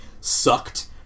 sucked